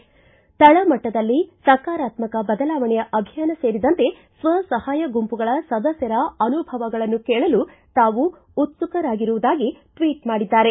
ತಳಮಟ್ಲದಲ್ಲಿ ಸಕಾರಾತ್ಮಕ ಬದಲಾವಣೆಯ ಅಭಿಯಾನ ಸೇರಿದಂತೆ ಸ್ವ ಸಹಾಯ ಗುಂಪುಗಳ ಸದಸ್ನರ ಅನುಭವಗಳನ್ನು ಕೇಳಲು ತಾವು ಉತ್ಸುಕರಾಗಿರುವುದಾಗಿ ಟ್ವಿಚ್ ಮಾಡಿದ್ದಾರೆ